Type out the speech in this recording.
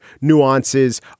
nuances